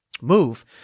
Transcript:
move